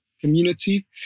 community